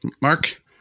Mark